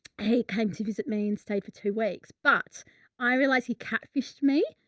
he came to visit means type of two weeks, but i realize he catfished me.